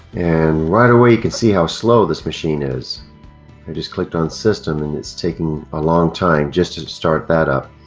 and right away you can see how slow this machine is i and just clicked on system and it's taking a long time just to start that up